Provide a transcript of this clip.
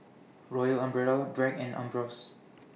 Royal Umbrella Bragg and Ambros